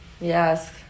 Yes